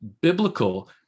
biblical